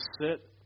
sit